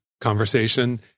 conversation